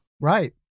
Right